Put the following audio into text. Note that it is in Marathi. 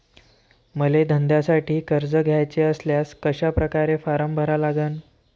मले धंद्यासाठी कर्ज घ्याचे असल्यास कशा परकारे फारम भरा लागन?